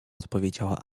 odpowiedziała